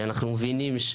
אנחנו מבינים,